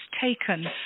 taken